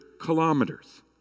kilometers